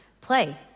play